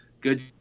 good